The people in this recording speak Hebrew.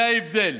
זה ההבדל,